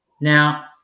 Now